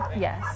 Yes